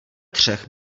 třech